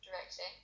directing